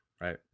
right